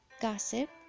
gossip